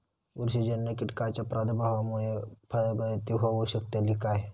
बुरशीजन्य कीटकाच्या प्रादुर्भावामूळे फळगळती होऊ शकतली काय?